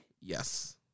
Yes